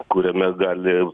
kuriame gali